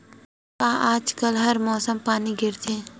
का आज कल हर मौसम पानी गिरथे?